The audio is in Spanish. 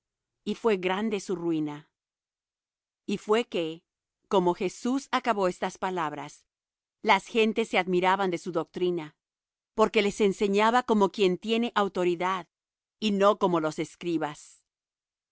y fué grande su ruina y fué que como jesús acabó estas palabras las gentes se admiraban de su doctrina porque les enseñaba como quien tiene autoridad y no como los escribas